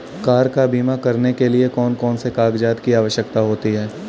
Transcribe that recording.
Car का बीमा करने के लिए कौन कौन से कागजात की आवश्यकता होती है?